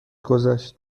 گذشت